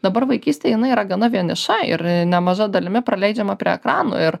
dabar vaikystė jinai yra gana vieniša ir nemaža dalimi praleidžiama prie ekranų ir